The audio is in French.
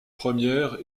première